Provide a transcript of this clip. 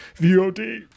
vod